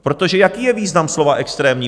Protože jaký je význam slova extrémní?